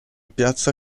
piazza